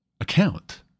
account